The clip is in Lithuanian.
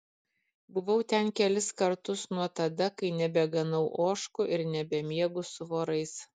buvau ten kelis kartus nuo tada kai nebeganau ožkų ir nebemiegu su vorais